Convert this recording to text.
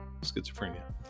schizophrenia